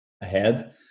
ahead